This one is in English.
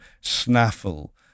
snaffle